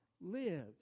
lives